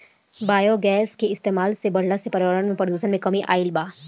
biogas के इस्तमाल बढ़ला से पर्यावरण में प्रदुषण में कमी आइल बा